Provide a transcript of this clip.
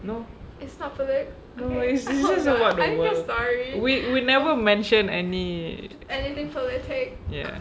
no no it's just about the world we we never mention any ya